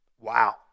Wow